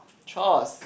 choice